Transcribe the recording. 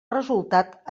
resultat